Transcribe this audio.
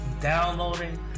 Downloading